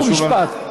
חוק ומשפט.